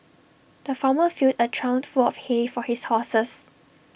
the farmer filled A trough full of hay for his horses